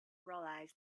realized